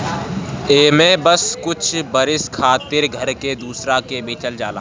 एमे बस कुछ बरिस खातिर घर के दूसरा के बेचल जाला